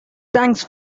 thanks